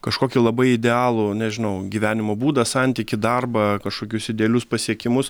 kažkokį labai idealų nežinau gyvenimo būdą santykį darbą kažkokius idealius pasiekimus